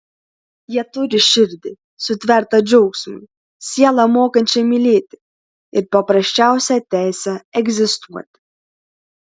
jie turi širdį sutvertą džiaugsmui sielą mokančią mylėti ir paprasčiausią teisę egzistuoti